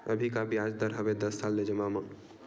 अभी का ब्याज दर हवे दस साल ले जमा मा?